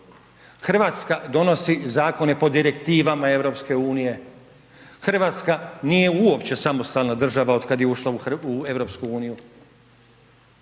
Hrvatska donosi zakone po direktivama EU, Hrvatska nije uopće samostalna država od kada ušla u EU,